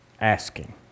asking